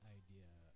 idea